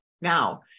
Now